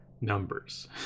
numbers